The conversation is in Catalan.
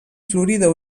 florida